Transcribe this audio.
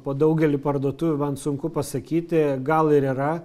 po daugelį parduotuvių man sunku pasakyti gal ir yra